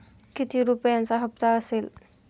किती रुपयांचा हप्ता असेल?